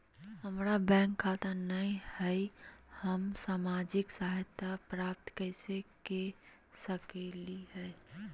हमार बैंक खाता नई हई, हम सामाजिक सहायता प्राप्त कैसे के सकली हई?